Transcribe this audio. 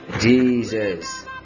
Jesus